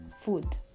food